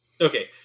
Okay